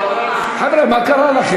חבר'ה, מה קרה לכם?